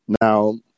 Now